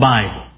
Bible